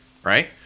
right